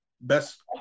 best